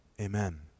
Amen